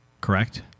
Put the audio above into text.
Correct